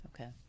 Okay